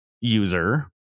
user